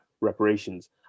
reparations